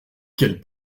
quelle